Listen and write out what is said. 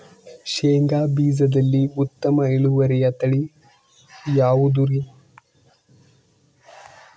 ಶೇಂಗಾ ಬೇಜದಲ್ಲಿ ಉತ್ತಮ ಇಳುವರಿಯ ತಳಿ ಯಾವುದುರಿ?